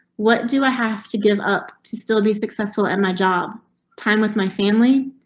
what do i have to give up to still be successful at my job time with my family,